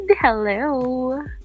Hello